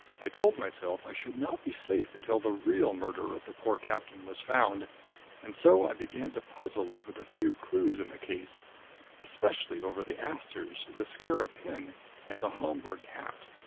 i told myself i should not be safe until the real murderer of the poor captain was found and so i began to puzzle over the few clues in the case especially over the asters, the scarab pin and the homburg hat.